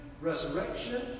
resurrection